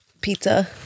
pizza